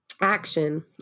action